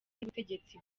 n’ubutegetsi